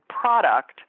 product